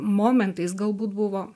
momentais galbūt buvo